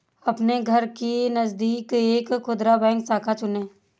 अपने घर के नजदीक एक खुदरा बैंक शाखा चुनें